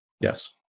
Yes